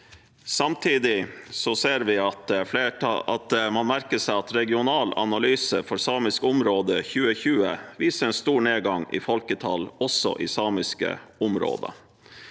Samtidig merker man seg at Regional analyse for samiske områder 2020 viser en stor nedgang i folketall, også i samiske områder.